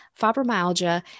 fibromyalgia